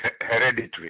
hereditary